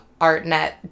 ArtNet